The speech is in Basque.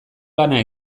lana